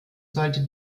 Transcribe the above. sollte